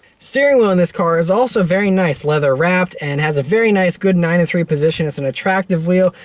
steering wheel in this car is also very nice, leather wrapped, and has a very nice, good nine and three position. it's an attractive wheel.